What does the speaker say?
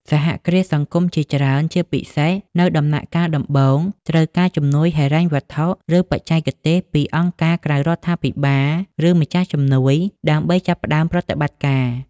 សហគ្រាសសង្គមជាច្រើន ជាពិសេសនៅដំណាក់កាលដំបូង ត្រូវការជំនួយហិរញ្ញវត្ថុ ឬបច្ចេកទេសពីអង្គការក្រៅរដ្ឋាភិបាល ឬម្ចាស់ជំនួយ ដើម្បីចាប់ផ្តើមប្រតិបត្តិការ។